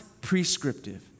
prescriptive